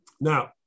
Now